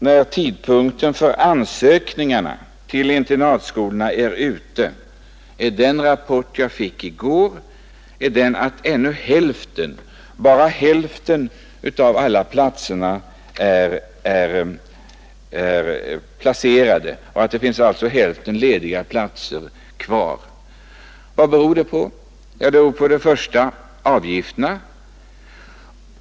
När tiden för ansökningarna till internatskolorna nu är ute, säger den rapport jag fick i går att det finns elever anmälda till bara hälften av platserna och att alltså 50 procent av platserna fortfarande är lediga. Vad beror det på? Det beror först och främst på avgifterna.